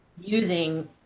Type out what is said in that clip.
using